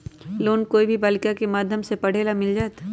Loan कोई भी बालिका के माध्यम से पढे ला मिल जायत?